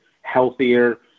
healthier